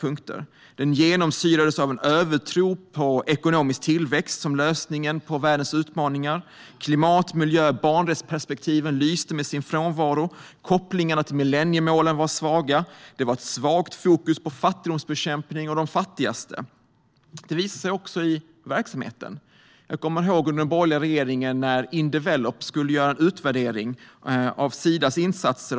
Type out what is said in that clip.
Plattformen genomsyrades av en övertro på ekonomisk tillväxt som lösningen på världens utmaningar. Klimat-, miljö och barnperspektiven lyste med sin frånvaro. Kopplingarna till millenniemålen vara svaga. Det var ett svagt fokus på fattigdomsbekämpning och på de fattigaste. Det visade sig också under verksamheten. Jag kommer ihåg när Indevelop under den borgerliga regeringen skulle göra en utvärdering av Sidas insatser.